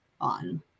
on